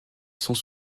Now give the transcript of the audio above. sont